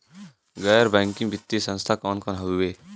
गैर बैकिंग वित्तीय संस्थान कौन कौन हउवे?